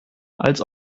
als